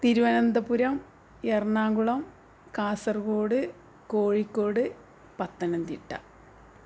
Thiruvananthapuram Ernakulam Kasaragod Kozhikode Pathanamthitta